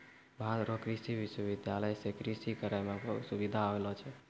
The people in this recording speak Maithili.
भारत रो कृषि विश्वबिद्यालय से कृषि करै मह सुबिधा होलो छै